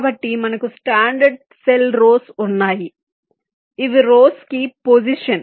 కాబట్టి మనకు standard cell rows ఉన్నాయి ఇవి రోస్ కు పొసిషన్